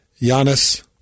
Giannis